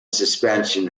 suspension